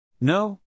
No